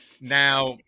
now